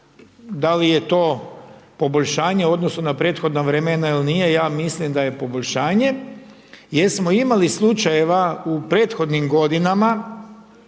da li je to poboljšanje u odnosu na prethodna vremena ili nije, ja mislim da je poboljšanje jer smo imali slučajeva u prethodnim godinama